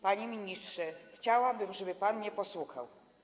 Panie ministrze, chciałabym, żeby pan mnie posłuchał.